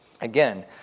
again